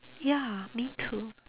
ya me too